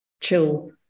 chill